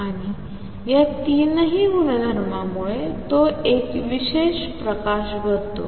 आणि या तीनही गुणधर्मांमुळे तो एक विशेष प्रकाश बनतो